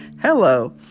hello